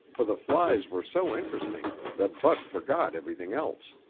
for the flies were so interesting that bud forgot everything else.